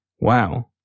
Wow